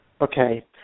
Okay